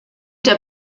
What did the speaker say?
der